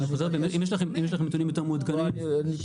פשוט יש --- אני חוזר,